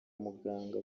muganga